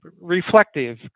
reflective